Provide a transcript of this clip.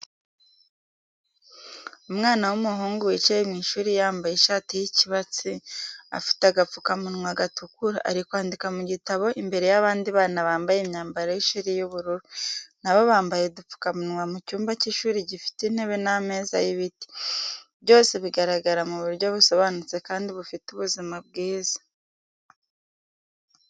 Umwana w'umuhungu wicaye mu ishuri yambaye ishati y'ikibatsi, afite agapfukamunwa gatukura, ari kwandika mu gitabo imbere y'abandi bana bambaye imyambaro y'ishuri y'ubururu, na bo bambaye udupfukamunwa mu cyumba cy'ishuri gifite intebe n'ameza y'ibiti, byose bigaragara mu buryo busobanutse kandi bufite ubuzima bwiza.